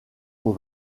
aux